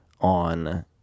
on